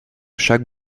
chaque